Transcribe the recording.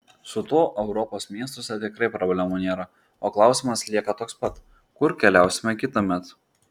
su tuo europos miestuose tikrai problemų nėra o klausimas lieka toks pats kur keliausime kitąmet